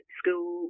school